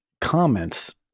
comments